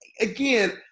Again